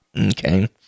Okay